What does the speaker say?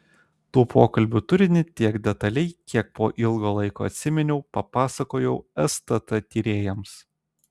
tų pokalbių turinį tiek detaliai kiek po ilgo laiko tarpo atsiminiau papasakojau stt tyrėjams